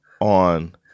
on